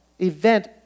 event